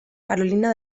carolina